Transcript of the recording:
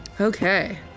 Okay